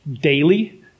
daily